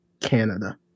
Canada